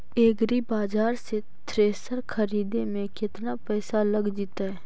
एग्रिबाजार से थ्रेसर खरिदे में केतना पैसा लग जितै?